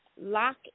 lock